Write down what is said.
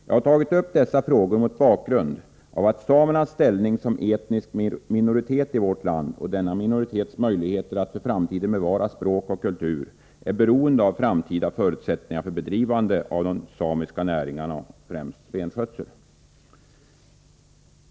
Jag har tagit upp dessa frågor mot bakgrund av att samernas ställning som etnisk minoritet i vårt land och denna minoritets möjligheter att för framtiden bevara språk och kultur är beroende av framtida förutsättningar för bedrivande av de samiska näringarna, främst renskötsel.